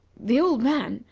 the old man,